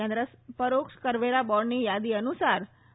કેન્દ્રીય પરોક્ષ કરવેરા બોર્ડની યાદી અનુસાર આઈ